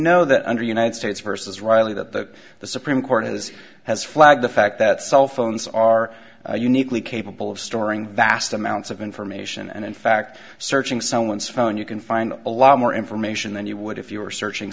know that under united states versus riley that the supreme court has has flagged the fact that cell phones are uniquely capable of storing vast amounts of information and in fact searching someone's phone you can find a lot more information than you would if you were searching